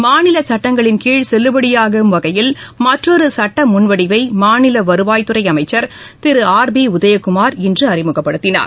மாநில சட்டங்களின் கீழ் செல்லுபடியாகும் வகையில் மற்றொரு சட்ட முன்வடிவை மாநில வருவாய்த்துறை அமைச்சர் திரு ஆர் பி உதயகுமார் இன்று அறிமுகப்படுத்தினார்